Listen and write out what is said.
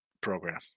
program